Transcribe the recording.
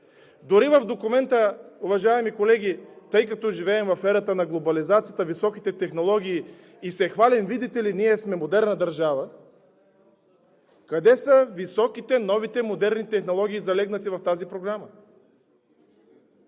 Дори в документа, уважаеми колеги, тъй като живеем в ерата на глобализацията, високите технологии и се хвалим, видите ли, ние сме модерна държава, къде са високите, новите, модерни технологии, залегнали в тази програма?